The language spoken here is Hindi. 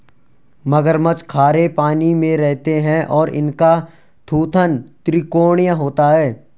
मगरमच्छ खारे पानी में रहते हैं और इनका थूथन त्रिकोणीय होता है